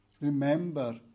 remember